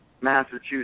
Massachusetts